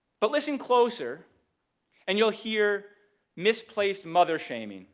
but listen closer and you'll hear misplaced mother shaming